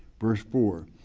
verse four,